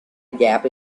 gap